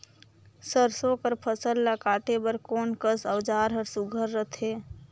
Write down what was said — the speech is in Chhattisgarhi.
सरसो कर फसल ला काटे बर कोन कस औजार हर सुघ्घर रथे?